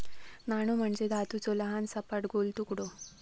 नाणो म्हणजे धातूचो लहान, सपाट, गोल तुकडो